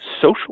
social